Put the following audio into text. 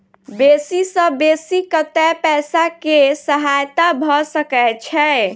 बेसी सऽ बेसी कतै पैसा केँ सहायता भऽ सकय छै?